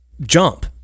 Jump